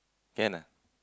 can ah